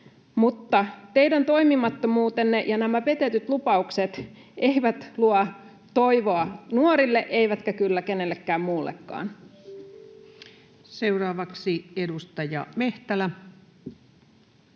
teidän toimimattomuutenne ja nämä petetyt lupaukset eivät luo toivoa nuorille eivätkä kyllä kenellekään muullekaan. [Speech 153] Speaker: